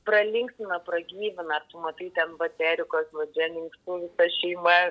pralinksmina pragyvina ir tu matai ten vat erikos vat dženingston visa šeima